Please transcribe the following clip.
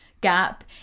gap